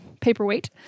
paperweight